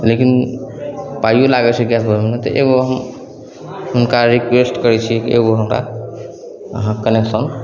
लेकिन पाइओ लागै छै गैस भरबैमे तऽ एगो हम हुनका रिक्वेस्ट करै छिए कि एगो हमरा अहाँ कनेक्शन